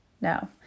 no